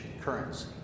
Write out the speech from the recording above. currency